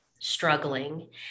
struggling